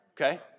Okay